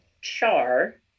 char